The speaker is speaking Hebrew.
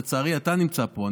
לצערי אתה נמצא פה,